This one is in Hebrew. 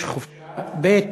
יש חופשה, ב.